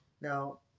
Now